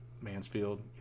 Mansfield